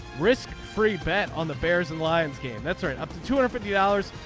risk free bet on the bears and lions game. that's right up to two hundred dollars.